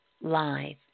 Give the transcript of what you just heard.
live